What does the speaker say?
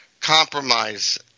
compromise